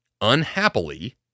unhappily